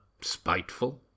spiteful